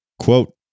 Quote